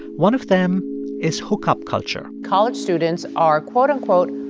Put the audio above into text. one of them is hookup culture college students are quote, unquote,